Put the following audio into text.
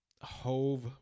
Hove